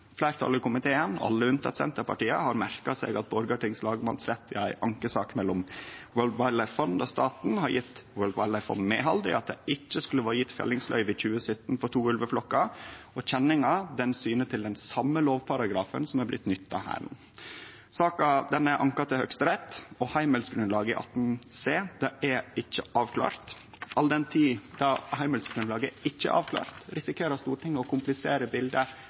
Fleirtalet i komiteen – alle unnateke Senterpartiet – har merka seg at Borgarting lagmannsrett i ei ankesak mellom World Wildlife Fund og staten har gjeve World Wildlife Fund medhald i at det ikkje skulle vore gjeve fellingsløyve i 2017 for to ulveflokkar. Avgjerda syner til den same lovparagrafen som er blitt nytta her no. Saka er anka til Høgsterett, og heimelsgrunnlaget i § 18 c er ikkje avklart. All den tid det heimelsgrunnlaget ikkje er avklart, risikerer Stortinget å komplisere